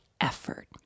effort